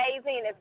amazing